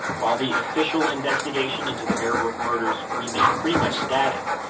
while the official investigation into the bear brook murders remained pretty much static,